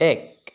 এক